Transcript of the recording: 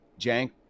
Jank